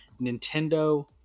Nintendo